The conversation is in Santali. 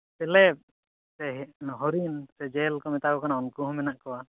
ᱛᱮᱞᱮᱯ ᱥᱮ ᱦᱚᱨᱤᱱ ᱥᱮ ᱡᱮᱞ ᱠᱚ ᱢᱮᱛᱟᱣᱟᱠᱚ ᱠᱟᱱᱟ ᱩᱱᱠᱩ ᱦᱚᱸ ᱢᱮᱱᱟᱜ ᱠᱚᱣᱟ